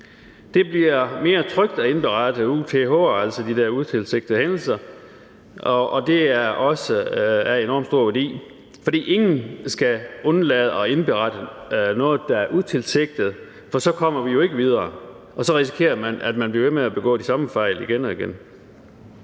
det bliver mere trygt at indberette uth'er, altså de der utilsigtede hændelser, og det er også af enormt stor værdi – ingen skal undlade at indberette noget, der er utilsigtet, for så kommer vi jo ikke videre, og så risikeres det, at man bliver ved med at begå de samme fejl igen og igen.